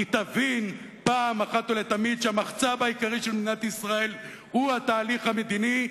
תבין פעם אחת ולתמיד שהמחצב העיקרי של מדינת ישראל הוא התהלך המדיני,